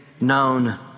known